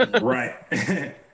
Right